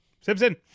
Simpson